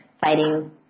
fighting